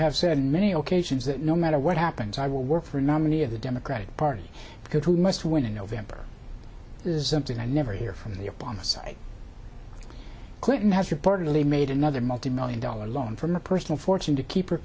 have said many occasions that no matter what happens i will work for a nominee of the democratic party because we must win in november is something i never hear from the obama side clinton has reportedly made another multi million dollar loan from a personal fortune to keep her